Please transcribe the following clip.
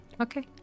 Okay